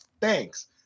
thanks